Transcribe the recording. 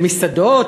למסעדות,